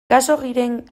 khaxoggiren